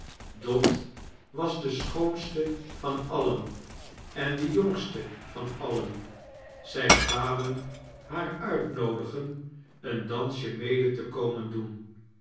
dot was de schoonste van alien en de jongste van alien zij kwamen haar uitnoodigen een dansje mede te komen doen